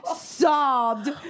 sobbed